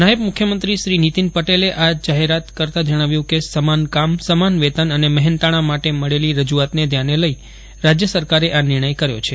નાયબ મુખ્યમંત્રી નીતીન પટેલે આ જાહેરાત કરતાં જણાવ્યું કે સમાન કામ સમાન વેતન અને મહેનતાણા માટે મળેલી રજૂઆતને ધ્યાને લઈને રાજ્ય સરકારે આ નિર્ણય કર્યો છે